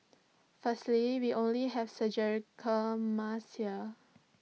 firstly we only have surgical masks here